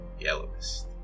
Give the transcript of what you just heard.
Yellowist